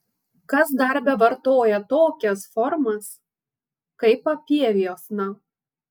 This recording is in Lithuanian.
kas dar bevartoja tokias formas kaip papieviuosna